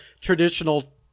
traditional